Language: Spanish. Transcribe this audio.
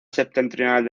septentrional